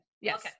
Yes